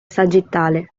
sagittale